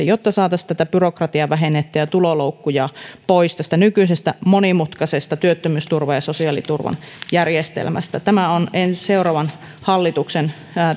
jotta saataisiin byrokratiaa vähennettyä ja tuloloukkuja pois tästä nykyisestä monimutkaisesta työttömyysturvan ja sosiaaliturvan järjestelmästä tämä on seuraavan hallituksen